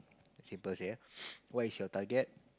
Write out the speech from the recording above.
simple say ah what is your target